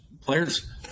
players